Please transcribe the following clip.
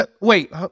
Wait